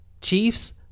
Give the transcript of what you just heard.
Chiefs